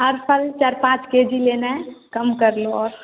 हर फल चार पाँच के जी लेना है कम कर लो और